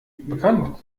bekannt